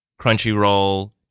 Crunchyroll